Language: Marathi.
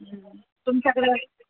तुमच्याकडं